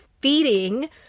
feeding